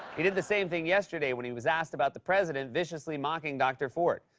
he did the same thing yesterday when he was asked about the president viciously mocking dr. ford.